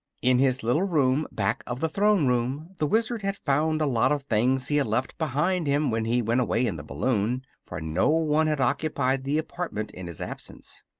in his little room back of the throne room the wizard had found a lot of things he had left behind him when he went away in the balloon, for no one had occupied the apartment in his absence.